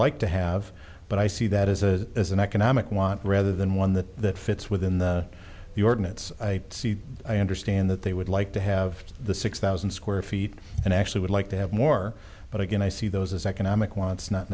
like to have but i see that as a as an economic want rather than one that fits within the the ordinance i see i understand that they would like to have the six thousand square feet and actually would like to have more but again i see those as economic wants not